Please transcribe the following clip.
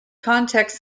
context